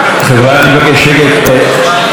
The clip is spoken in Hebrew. אפילו אני לא שומע אותו, אז אנא מכם.